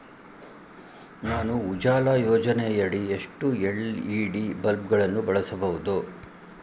ನಾನು ಉಜಾಲ ಯೋಜನೆಯಡಿ ಎಷ್ಟು ಎಲ್.ಇ.ಡಿ ಬಲ್ಬ್ ಗಳನ್ನು ಬಳಸಬಹುದು?